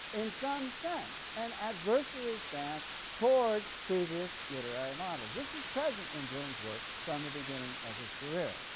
in some sense, an adversary stance toward previous literary models. this is present in bloom's work from the beginning of his career.